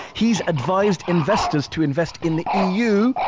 he's advised investors to invest in the eu,